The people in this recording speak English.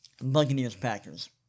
Buccaneers-Packers